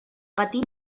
patir